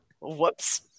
whoops